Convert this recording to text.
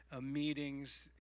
meetings